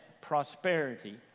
prosperity